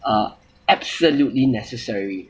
uh absolutely necessary